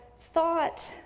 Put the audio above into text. thought